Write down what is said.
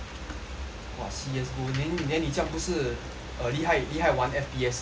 !wah! C_S go then then 你这样不是 uh 厉害厉害玩 F_P_S game